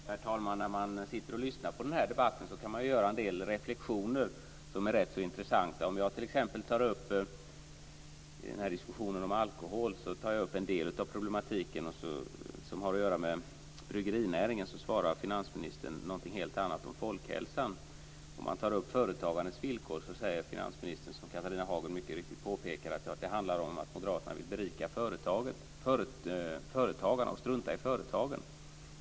Herr talman! När man sitter och lyssnar på debatten kan man göra en del reflexioner som är rätt så intressanta. Om jag t.ex. tar upp diskussionen om alkohol tar jag upp en del av problematiken, som har att göra med bryggerinäringen. Då svarar finansministern med någonting helt annat om folkhälsan. Om man tar upp företagandets villkor säger finansministern - som Catharina Hagen mycket riktigt påpekade - att det handlar om att moderaterna vill berika företagarna och struntar i företagen.